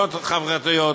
ומיומנויות חברתיות.